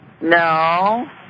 No